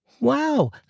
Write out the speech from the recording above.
Wow